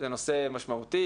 זה נושא משמעותי,